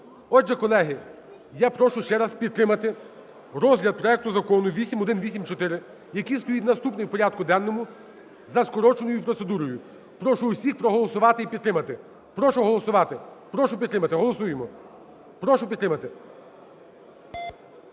Отже, колеги, я прошу ще раз підтримати розгляд проекту Закону 8184, який стоїть наступним у порядку денному, за скороченою процедурою. Прошу всіх проголосувати і підтримати. Прошу проголосувати, прошу підтримати, голосуємо. Прошу підтримати.